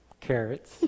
carrots